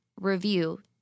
review